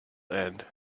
end